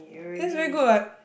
then is very good what